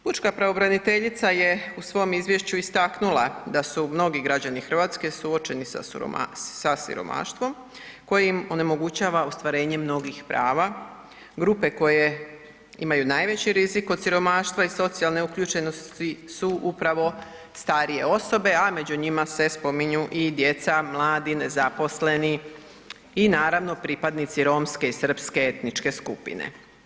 Pučka pravobraniteljica je u svom izvješću istaknula da su mnogi građani Hrvatske suočeni sa siromaštvom koje im onemogućava ostvarenje mnogih prava, grupe koje imaju najveći rizik od siromaštva i socijalne uključenosti su upravo starije osobe a među njima se spominju i djeca, mladi, nezaposleni i naravno pripadnici romske i srpske etničke skupine.